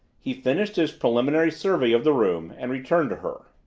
he finished his preliminary survey of the room and returned to her.